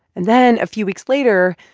and then, a few weeks later,